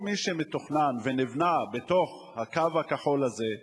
כל מה שמתוכנן ונבנה בתוך הקו הכחול הזה,